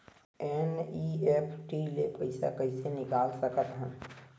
NEFT ले पईसा कइसे निकाल सकत हन?